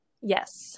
yes